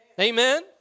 Amen